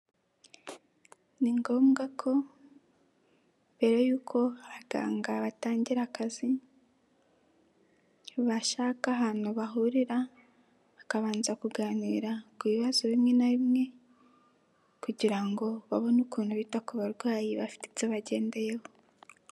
Ni ngombwa ko, mbere y'uko abaganga batangira akazi, bashaka ahantu bahurira, bakabanza kuganira ku bibazo bimwe na bimwe, kugira ngo babone ukuntu bita ku barwayi bafitetse bagendeyeho.